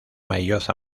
maillot